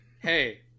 Hey